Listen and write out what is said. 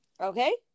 Okay